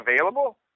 available